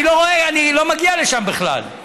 אני לא רואה, אני לא מגיע לשם בכלל.